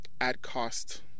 at-cost